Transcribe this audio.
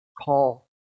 call